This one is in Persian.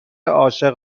عاشق